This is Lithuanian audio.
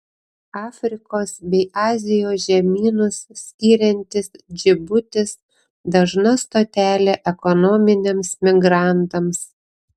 afrikos bei azijos žemynus skiriantis džibutis dažna stotelė ekonominiams migrantams